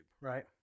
right